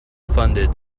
funded